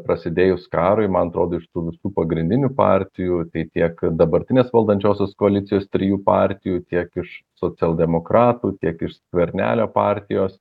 prasidėjus karui man atrodo iš tų visų pagrindinių partijų tai tiek dabartinės valdančiosios koalicijos trijų partijų tiek iš socialdemokratų tiek iš skvernelio partijos